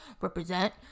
represent